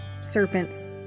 serpents